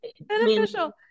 Beneficial